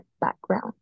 background